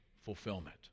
fulfillment